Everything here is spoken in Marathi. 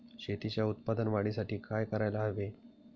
शेतीच्या उत्पादन वाढीसाठी काय करायला हवे?